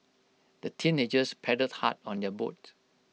the teenagers paddled hard on their boat